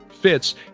fits